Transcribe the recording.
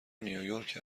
نیویورک